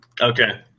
Okay